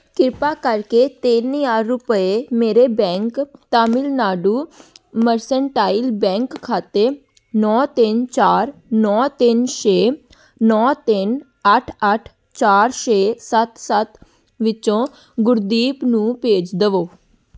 ਕ੍ਰਿਪਾ ਕਰਕੇ ਤਿੰਨ ਹਜ਼ਾਰ ਰੁਪਏ ਮੇਰੇ ਬੈਂਕ ਤਾਮਿਲਨਾਡੂ ਮਰਸਨਟਾਈਲ ਬੈਂਕ ਖਾਤੇ ਨੌਂ ਤਿੰਨ ਚਾਰ ਨੌਂ ਤਿੰਨ ਛੇ ਨੌਂ ਤਿੰਨ ਅੱਠ ਅੱਠ ਚਾਰ ਛੇ ਸੱਤ ਸੱਤ ਵਿੱਚੋਂ ਗੁਰਦੀਪ ਨੂੰ ਭੇਜ ਦੇਵੋ